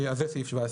"50.